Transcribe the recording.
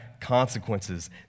consequences